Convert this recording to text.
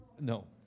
No